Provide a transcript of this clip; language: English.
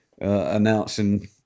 Announcing